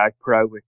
Pro